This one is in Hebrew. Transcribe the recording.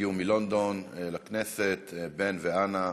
שהגיעו מלונדון לכנסת: בן ואנה,